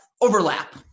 overlap